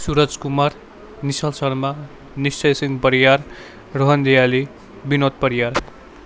Suraj Kumar Nischal Sharma Nishchay Singh Pariyar Rohan Diyali Vinod Pariyar